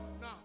now